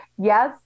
Yes